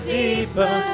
deeper